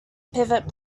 pivot